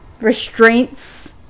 Restraints